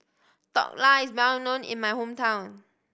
Dhokla is well known in my hometown